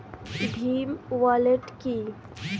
Bhim wallet কি?